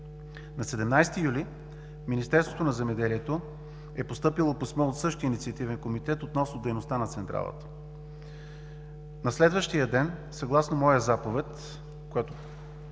На 17 юли, в Министерството на земеделието е постъпило писмо от същия Инициативен комитет относно дейността на Централата. На следващия ден съгласно моя заповед, която